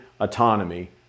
autonomy